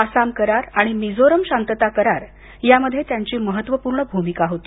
आसाम करार आणि मिझोराम शांतता करार याध्येही त्यांची महत्त्वाची भूमिका होती